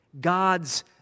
God's